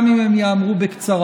גם אם הם ייאמרו בקצרה.